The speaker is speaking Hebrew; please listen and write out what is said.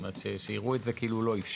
זאת אומרת, שיראו את זה כאילו הוא לא אפשר.